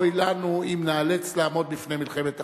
אוי לנו אם ניאלץ לעמוד בפני מלחמת אחים.